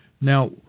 Now